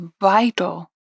vital